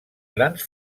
grans